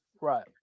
Right